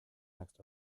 next